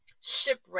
shipwreck